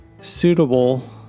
suitable